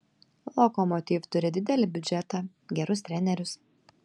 lokomotiv turi didelį biudžetą gerus trenerius